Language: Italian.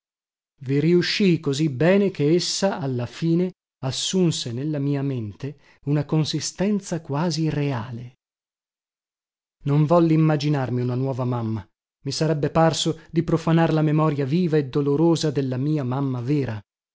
riuscii così bene che essa alla fine assunse nella mia mente una consistenza quasi reale non volli immaginarmi una nuova mamma i sarebbe parso di profanar la memoria viva e dolorosa della mia mamma vera